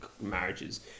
marriages